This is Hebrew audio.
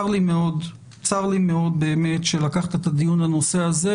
צר לי מאוד באמת שלקחת את הדיון לנושא הזה,